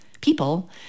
people